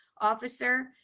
officer